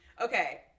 Okay